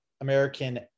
American